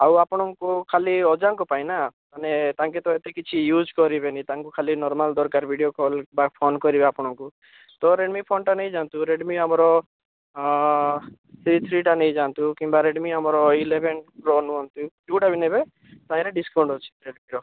ଆଉ ଆପଣଙ୍କୁ ଖାଲି ଅଜାଙ୍କ ପାଇଁ ନା ମାନେ ତାଙ୍କେ ତ ଏତେ କିଛି ୟୁଜ୍ କରିବେନି ତାଙ୍କୁ ଖାଲି ନର୍ମାଲ୍ ଦରକାର ଭିଡ଼ିଓ କଲ୍ ବା ଫୋନ କରିବେ ଆପଣଙ୍କୁ ତ ରେଡ଼ମି ଫୋନଟା ନେଇ ଯାଆନ୍ତୁ ରେଡ଼ମି ଆମର ସି ଥ୍ରୀଟା ନେଇ ଯାଆନ୍ତୁ କିମ୍ବା ରେଡ଼ମି ଆମର ଇଲେଭେନ୍ ପ୍ରୋ ନିଅନ୍ତୁ ଯେଉଁଟା ବି ନେବେ ତହିଁରେ ଡିସକାଉଣ୍ଟ ଅଛି ରେଡ଼ମିର